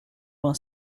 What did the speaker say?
vingt